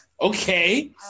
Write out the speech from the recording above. okay